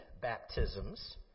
baptisms